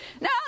no